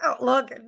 look